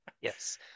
Yes